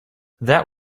that